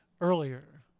earlier